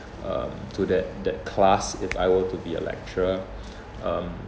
um to that that class if I were to be a lecturer um